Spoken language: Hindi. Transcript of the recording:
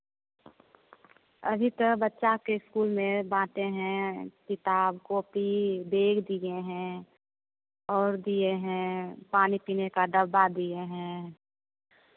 अभी तो बच्चा के इस्कूल में बाँटे हैं किताब कॉपी बेग दिए हैं और दिए है पानी पीने का डब्बा दिए हैं